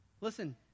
Listen